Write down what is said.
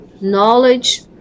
knowledge